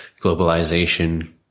globalization